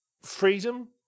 freedom